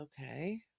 Okay